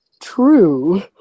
True